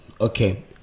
Okay